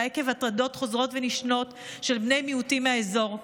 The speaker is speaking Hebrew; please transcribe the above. עקב הטרדות חוזרות ונשנות של בני מיעוטים מהאזור,